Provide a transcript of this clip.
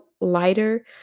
lighter